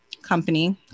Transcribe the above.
company